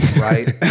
right